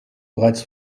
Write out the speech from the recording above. bereits